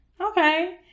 Okay